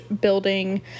building